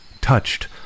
touched